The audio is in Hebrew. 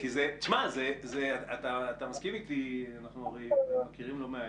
אנחנו הרי מכירים לא מהיום,